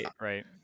Right